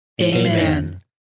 Amen